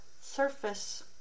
surface